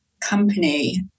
company